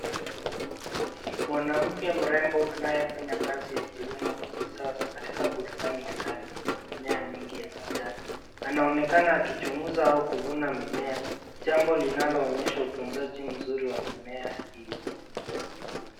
Ni mwanamke mrembo anayefanya kazi ya kilimo cha kisasa katika bustani ya ndani yenye mimea mingi ya majani. Anaonekana akichunguza au kuvuna mimea jambo linaloonyesha utunzaji mzuri wa mimea hiyo.